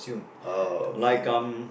oh okay